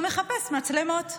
הוא מחפש מצלמות,